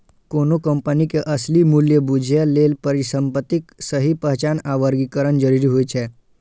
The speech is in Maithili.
कोनो कंपनी के असली मूल्य बूझय लेल परिसंपत्तिक सही पहचान आ वर्गीकरण जरूरी होइ छै